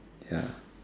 ya